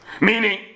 meaning